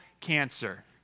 cancer